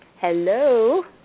Hello